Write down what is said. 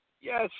Yes